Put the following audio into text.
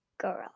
girl